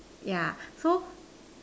yeah so